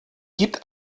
gibt